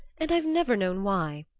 and i've never known why.